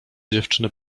dziewczyny